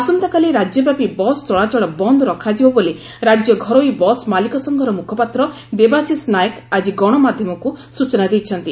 ଆସନ୍ତାକାଲି ରାଜ୍ୟବ୍ୟାପୀ ବସ୍ ଚଳାଚଳ ବନ୍ଦ ରଖାଯିବ ବୋଲି ରାଜ୍ୟ ଘରୋଇ ବସ୍ ମାଲିକ ସଂଘର ମୁଖପାତ୍ର ଦେବାଶିଷ ନାୟକ ଆକି ଗଣ ମାଧ୍ଧମକୁ ସୂଚନା ଦେଇଛନ୍ତି